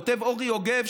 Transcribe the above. כותב אורי יוגב,